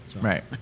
right